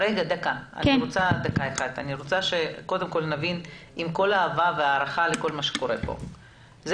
עם כל האהבה וההערכה לכל מה שקורה פה אני